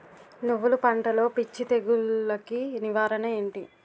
నువ్వులు పంటలో పిచ్చి తెగులకి నివారణ ఏంటి?